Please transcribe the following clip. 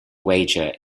wager